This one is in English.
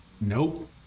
Nope